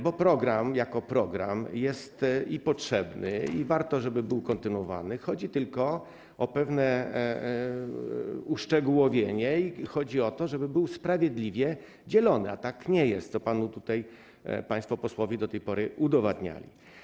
Bo program jako program jest i potrzebny, i warto, żeby był kontynuowany, chodzi tylko o pewne uszczegółowienie i chodzi o to, żeby był sprawiedliwy podział, a tak nie jest, co panu tutaj państwo posłowie do tej pory udowadniali.